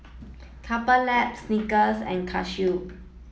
Couple Lab Snickers and Casio